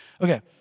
Okay